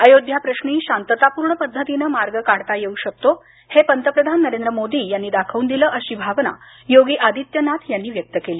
अयोध्याप्रश्नी शांततापूर्ण पद्धतीनं मार्ग काढता येऊ शकतो हे पंतप्रधान नरेंद्र मोदी यांनी दाखवून दिलं अशी भावना योगी आदित्यनाथ यांनी व्यक्त केली